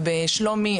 ובשלומי,